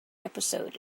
episode